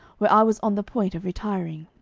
where i was on the point of retiring.